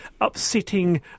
upsetting